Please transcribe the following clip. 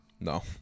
No